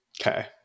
Okay